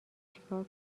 چیکار